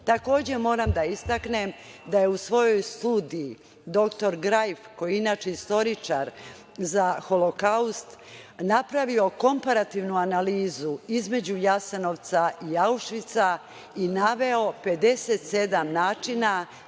moram da istaknem da je u svojoj studiji dr Grajf, koji je inače istoričar za Holokaust, napravio komparativnu analizuju između „Jasenovca“ i „Aušvica“ i naveo 57 načina